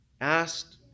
asked